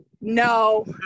No